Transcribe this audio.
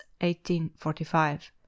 1845